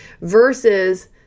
versus